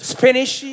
Spanish